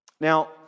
Now